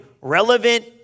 Relevant